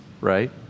right